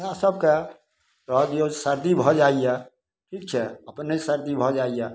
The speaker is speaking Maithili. हमरासभकेँ रहऽ दिऔ सरदी भऽ जाइए ठीक छै अपने सरदी भऽ जाइए